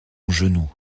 genou